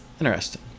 Interesting